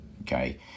Okay